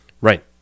Right